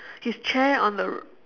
his chair on the